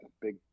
big